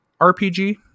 RPG